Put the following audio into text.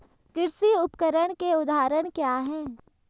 कृषि उपकरण के उदाहरण क्या हैं?